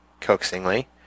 coaxingly